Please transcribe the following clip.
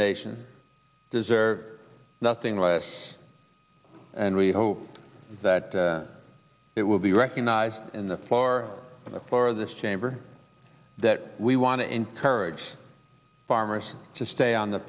nation deserve nothing less and we hope that it will be recognized in the floor floor of this chamber that we want to encourage farmers to stay on the